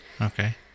Okay